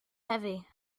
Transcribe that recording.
heavy